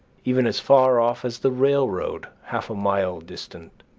even as far off as the railroad, half a mile distant,